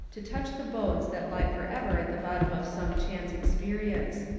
to touch the bones that lie forever at the bottom of some chance experience.